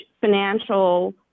financial